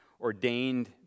ordained